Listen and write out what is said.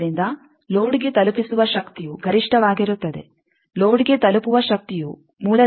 ಆದ್ದರಿಂದ ಲೋಡ್ಗೆ ತಲುಪಿಸುವ ಶಕ್ತಿಯು ಗರಿಷ್ಟವಾಗಿರುತ್ತದೆ ಲೋಡ್ಗೆ ತಲುಪುವ ಶಕ್ತಿಯು ಮೂಲದಲ್ಲಿ ಉಳಿದಿರುವ ಶಕ್ತಿಗೆ ಸಮನಾಗಿರುತ್ತದೆ